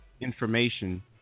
Information